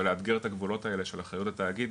אבל לאתגר את הגבולות האלה של אחריות התאגיד,